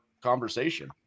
conversation